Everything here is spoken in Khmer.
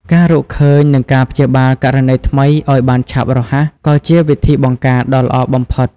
ការរកឃើញ និងការព្យាបាលករណីថ្មីឱ្យបានឆាប់រហ័ស ក៏ជាវិធីបង្ការដ៏ល្អបំផុត។